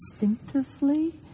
instinctively